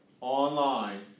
online